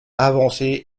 avancer